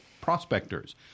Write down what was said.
prospectors